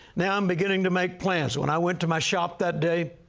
now i'm beginning to make plans. when i went to my shop that day,